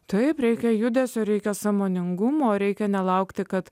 todėl reikia judesio reikia sąmoningumo reikia nelaukti kad